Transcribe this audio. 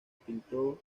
pintó